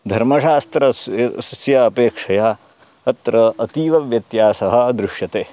धर्मशास्त्रस्य अपेक्षया अत्र अतीव व्यत्यासः दृश्यते